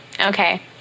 Okay